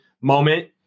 moment